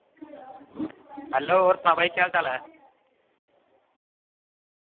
hello होर सना भाई केह् हाल चाल ऐ